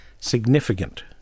significant